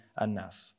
enough